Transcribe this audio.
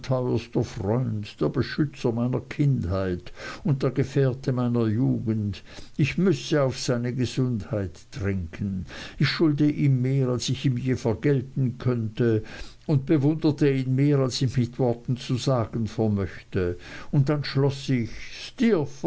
freund der beschützer meiner kindheit und der gefährte meiner jugend ich müsse auf seine gesundheit trinken ich schulde ihm mehr als ich ihm je vergelten könnte und bewunderte ihn mehr als ich mit worten zu sagen vermöchte und dann schloß ich